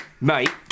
mate